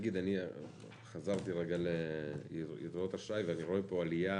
אני חזרתי לאגרות אשראי, ואני רואה פה עלייה